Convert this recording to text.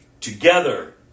together